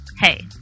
Hey